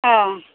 অঁ